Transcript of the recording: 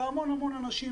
והמון המון אנשים,